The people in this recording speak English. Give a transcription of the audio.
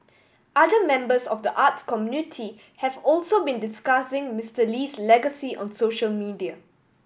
other members of the arts community have also been discussing Mister Lee's legacy on social media